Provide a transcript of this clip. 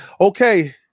okay